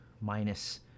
minus